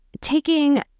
Taking